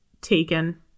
taken